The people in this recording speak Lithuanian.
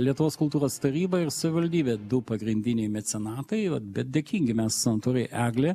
lietuvos kultūros taryba ir savivaldybė du pagrindiniai mecenatai va bet dėkingi mes sanatorijai eglė